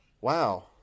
wow